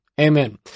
Amen